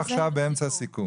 עמותת משפחות בריאות הנפש,